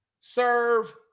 Serve